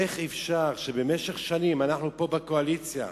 איך אפשר שבמשך שנים אנחנו, פה בקואליציה,